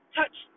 touch